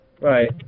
Right